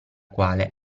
quale